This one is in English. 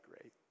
great